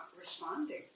responding